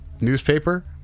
newspaper